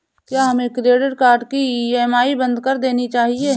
क्या हमें credit card की ई.एम.आई बंद कर देनी चाहिए?